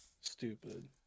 Stupid